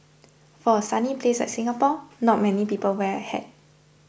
for a sunny place like Singapore not many people wear a hat